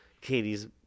katie's